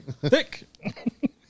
Thick